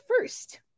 first